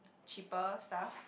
cheaper stuff